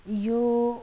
यो